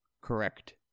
Correct